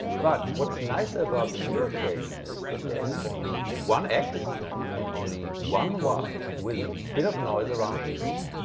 but what's nicer about the new equation is that there is only one x and only one y, with a bit of noise around each.